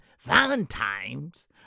Valentine's